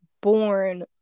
born